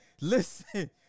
listen